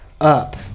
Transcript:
up